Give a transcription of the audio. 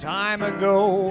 time i go